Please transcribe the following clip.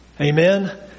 Amen